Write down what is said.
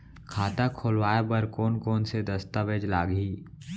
खाता खोलवाय बर कोन कोन से दस्तावेज लागही?